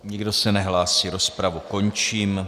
Nikdo se nehlásí, rozpravu končím.